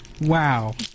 Wow